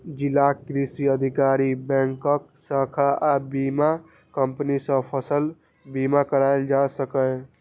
जिलाक कृषि अधिकारी, बैंकक शाखा आ बीमा कंपनी सं फसल बीमा कराएल जा सकैए